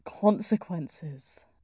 consequences